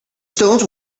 stones